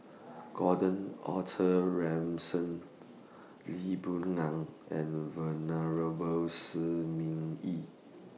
Gordon Arthur Ransome Lee Boon Ngan and Venerable Shi Ming Yi